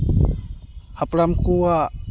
ᱦᱟᱯᱲᱟᱢ ᱠᱚᱣᱟᱜ